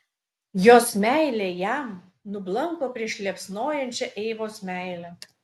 jos meilė jam nublanko prieš liepsnojančią eivos meilę